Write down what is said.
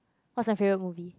what's my favorite movie